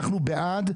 אנחנו בעד.